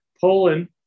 Poland